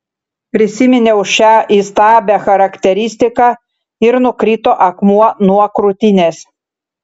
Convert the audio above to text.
prisiminiau šią įstabią charakteristiką ir nukrito akmuo nuo krūtinės